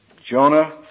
Jonah